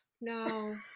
No